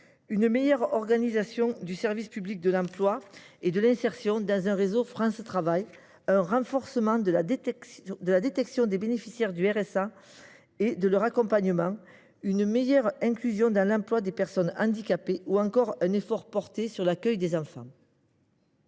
une meilleure organisation du service public de l’emploi et de l’insertion au sein du réseau France Travail, un renforcement de la détection des bénéficiaires du RSA et de leur accompagnement, une plus forte inclusion dans l’emploi des personnes handicapées ou encore un effort porté sur l’accueil des enfants.